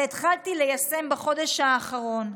והתחלתי ליישם בחודש האחרון.